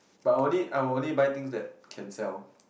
but I only I will only buy things that can sell